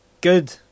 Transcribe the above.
good